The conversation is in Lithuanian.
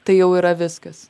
tai jau yra viskas